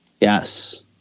Yes